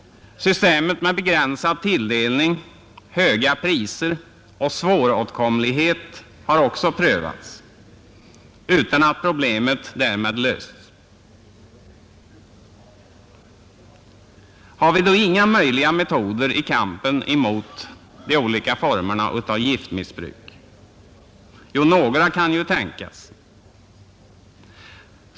Systemet med begränsad tilldelning, höga priser och svåråtkomlighet har också prövats utan att problemet därmed lösts. Har vi då inga användbara metoder i kampen mot de olika formerna av giftmissbruk? Jo, några kan ju tänkas.